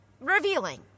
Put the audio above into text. revealing